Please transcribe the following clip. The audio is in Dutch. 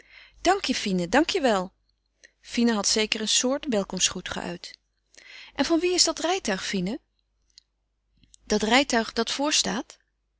dank je fine dank je wel fine had zeker een soort welkomstgroet geuit en van wie is dat rijtuig fine dat rijtuig dat voorstaat